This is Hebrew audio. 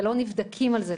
ולא נבדקים על זה.